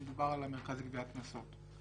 כשמדובר על המרכז לגביית קנסות,